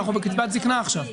אנחנו בקצבת זקנה עכשיו.